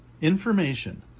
Information